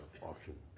auction